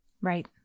Right